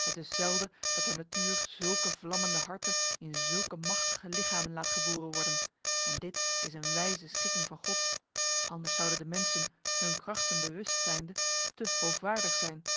het is zelden dat de natuur zulke vlammende harten in zulke machtige lichamen laat geboren worden en dit is een wijze schikking van god anders zouden de mensen hun krachten bewust zijnde te hovaardig zijn